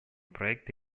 проект